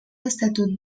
estatut